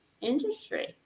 industry